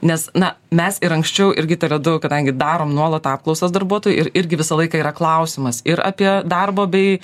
nes na mes ir anksčiau irgi tele du kadangi darom nuolat apklausas darbuotojų ir irgi visą laiką yra klausimas ir apie darbo bei